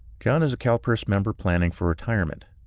john is a calpers member planning for retirement.